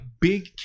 big